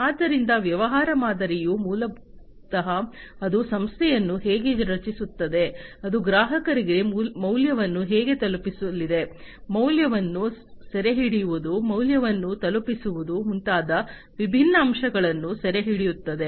ಆದ್ದರಿಂದ ವ್ಯವಹಾರ ಮಾದರಿಯು ಮೂಲತಃ ಅದು ಸಂಸ್ಥೆಯನ್ನು ಹೇಗೆ ರಚಿಸುತ್ತದೆ ಅದು ಗ್ರಾಹಕರಿಗೆ ಮೌಲ್ಯವನ್ನು ಹೇಗೆ ತಲುಪಿಸಲಿದೆ ಮೌಲ್ಯವನ್ನು ಸೆರೆಹಿಡಿಯುವುದು ಮೌಲ್ಯವನ್ನು ತಲುಪಿಸುವುದು ಮುಂತಾದ ವಿಭಿನ್ನ ಅಂಶಗಳನ್ನು ಸೆರೆಹಿಡಿಯುತ್ತದೆ